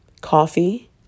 coffee